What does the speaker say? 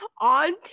on